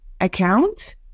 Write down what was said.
account